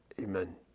Amen